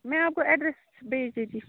میں آپ کو ایڈریس بھیج دیتی ہوں